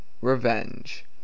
Revenge